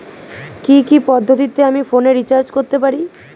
কি কি পদ্ধতিতে আমি ফোনে রিচার্জ করতে পারি?